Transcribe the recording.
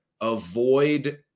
avoid